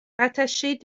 rattachée